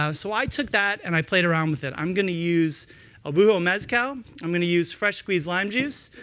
um so i took that and i played around with it. i'm going to use el buho mezcal, i'm going to use fresh-squeezed lime juice,